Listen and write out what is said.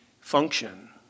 function